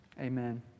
Amen